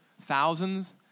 thousands